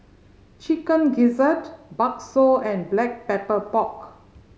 Chicken Gizzard bakso and Black Pepper Pork